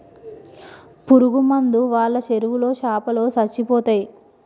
పురుగు మందు వాళ్ళ చెరువులో చాపలో సచ్చిపోతయ్